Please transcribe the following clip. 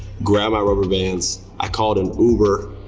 grab my rubber bands. i called an uber,